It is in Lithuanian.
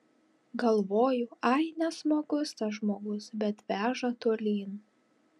galvoju ai nesmagus tas žmogus bet veža tolyn